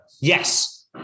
Yes